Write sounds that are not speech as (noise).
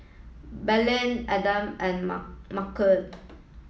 Blaine Adam and Mar (unintelligible)